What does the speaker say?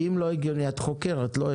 את חוקרת, לא?